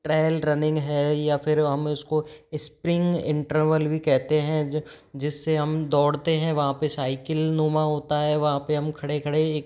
trail running है या फिर हम उस को स्प्रिंग इंटरवल भी कहते हैं जिस से हम दौड़ते हैं वहाँ पर साइकिल नुमा होता है वहाँ पर हम खड़े खड़े